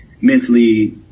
mentally